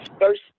first